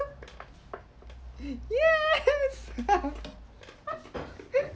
yes